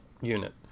Unit